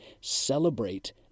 celebrate